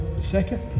second